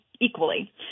equally